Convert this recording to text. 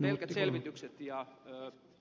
pelkät selvitykset ja